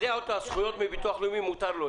ליידע אותו על זכויות מהביטוח הלאומי מותר לו.